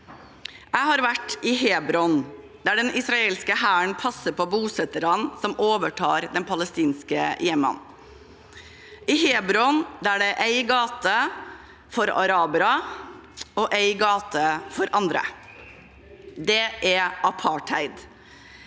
Jeg har vært i Hebron, der den israelske hæren passer på bosetterne som overtar de palestinske hjemmene. I Hebron er det én gate for arabere og én gate for andre. Det er apartheid.